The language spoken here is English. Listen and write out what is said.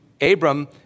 Abram